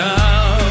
now